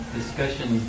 discussion